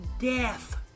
death